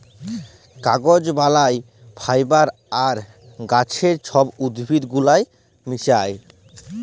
কাগজ বালায় ফাইবার আর গাহাচের ছব উদ্ভিদ গুলাকে মিশাঁয়